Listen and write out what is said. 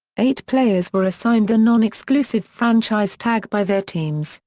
eight players were assigned the non-exclusive franchise tag by their teams,